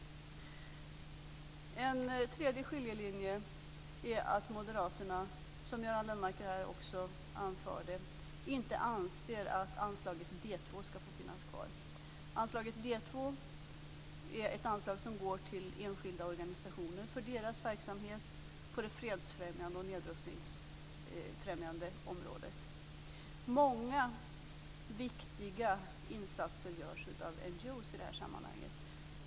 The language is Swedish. En tredje skiljelinje är att moderaterna - som Göran Lennmarker här också anförde - inte anser att anslaget D2 ska få finnas kvar. Anslaget D2 går till enskilda organisationer för deras verksamhet på det fredsfrämjande och nedrustningsfrämjande området. Många viktiga insatser görs av NGO:er i det här sammanhanget.